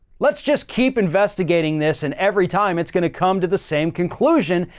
let's just keep investigating this and every time it's going to come to the same conclusion.